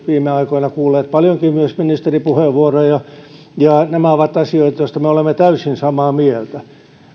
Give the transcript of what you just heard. viime aikoina kuulleet paljonkin myös ministeripuheenvuoroja ja ja nämä ovat asioita joista me olemme täysin samaa mieltä